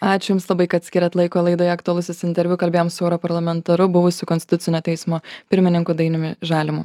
ačiū jums labai kad skiryt laiko laidoje aktualusis interviu kalbėjom su europarlamentaru buvusiu konstitucinio teismo pirmininku dainiumi žalimu